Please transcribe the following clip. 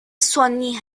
سنی